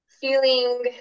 feeling